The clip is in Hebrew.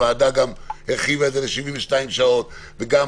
הוועדה גם הכינה את זה ל-72 שעות וגם